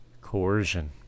Coercion